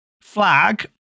Flag